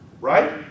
Right